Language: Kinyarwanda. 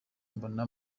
mbona